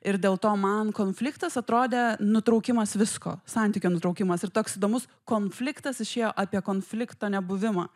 ir dėl to man konfliktas atrodė nutraukimas visko santykio nutraukimas ir toks įdomus konfliktas išėjo apie konflikto nebuvimą